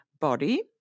body